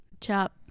Chop